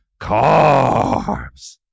Carbs